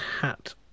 hat